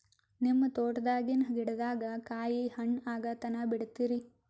ನಿಮ್ಮ ತೋಟದಾಗಿನ್ ಗಿಡದಾಗ ಕಾಯಿ ಹಣ್ಣಾಗ ತನಾ ಬಿಡತೀರ?